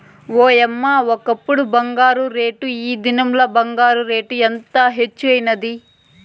ఓయమ్మ, ఒకప్పుడు బంగారు రేటు, ఈ దినంల బంగారు రేటు ఎంత హెచ్చైనాది